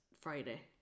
Friday